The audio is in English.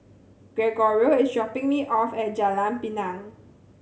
Gregorio is dropping me off at Jalan Pinang